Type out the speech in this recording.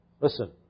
Listen